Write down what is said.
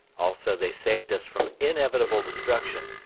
also they saved us from inevitable destruction,